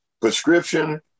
prescription